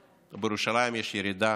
בירושלים יש היום ירידה